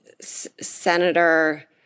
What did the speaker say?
Senator